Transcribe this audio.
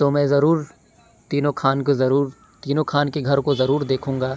تو میں ضرور تینوں خان کو ضرور تینوں خان کے گھر کو ضرور دیکھوں گا